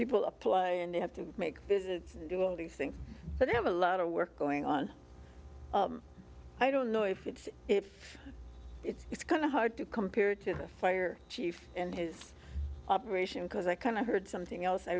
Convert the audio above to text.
people apply and they have to make visits and do all these things but they have a lot of work going on i don't know if it's if it's kind of hard to compare to the fire chief and his operation because i kind of heard something else i